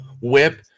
whip